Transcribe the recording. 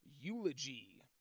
Eulogy